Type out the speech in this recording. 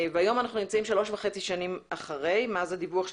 והיום אנחנו נמצאים שלוש שנים וחצי אחרי הדיווח של